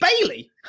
Bailey